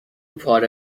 پاره